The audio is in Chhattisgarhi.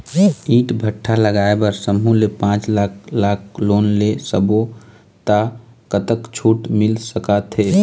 ईंट भट्ठा लगाए बर समूह ले पांच लाख लाख़ लोन ले सब्बो ता कतक छूट मिल सका थे?